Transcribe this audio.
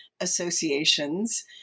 associations